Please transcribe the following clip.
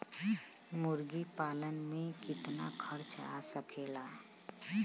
मुर्गी पालन में कितना खर्च आ सकेला?